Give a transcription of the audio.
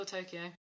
Tokyo